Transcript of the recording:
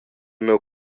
miu